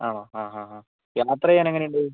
ആണോ ആ ഹാ ഹാ യാത്ര ചെയ്യാൻ എങ്ങനെ ഉണ്ട്